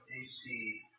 AC